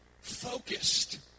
focused